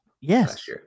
yes